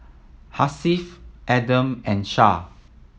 Hasif Adam and Shah